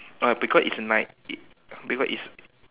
oh because it's night it because it's